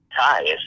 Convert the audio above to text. ties